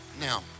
Now